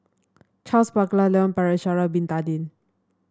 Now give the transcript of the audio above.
Charles Paglar Leon Perera Sha'ari Bin Tadin